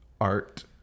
Art